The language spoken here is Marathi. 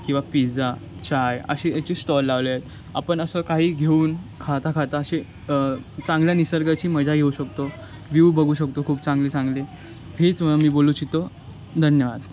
किंवा पिज्जा चहा अशी याचे स्टॉल लावले आहेत आपण असं काही घेऊन खाता खाता असे चांगल्या निसर्गाची मजा येऊ शकतो व्यू बघू शकतो खूप चांगली चांगली हीच म मी बोलू इच्छितो धन्यवाद